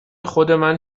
خودمن